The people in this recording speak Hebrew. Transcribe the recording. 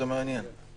זה מעניין.